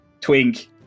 twink